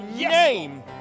name